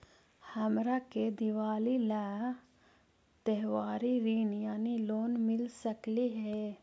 हमरा के दिवाली ला त्योहारी ऋण यानी लोन मिल सकली हे?